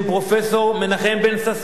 בשם פרופסור מנחם בן-ששון.